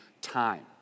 time